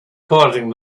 causing